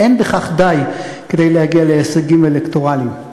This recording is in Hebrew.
לא די בכך להגיע להישגים אלקטורליים,